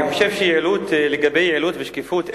אני חושב שלגבי יעילות ושקיפות,